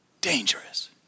dangerous